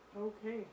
Okay